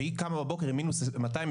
שהיא קמה בבוקר עם מינוס 222,